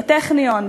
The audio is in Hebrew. בטכניון,